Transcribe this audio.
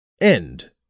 End